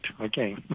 okay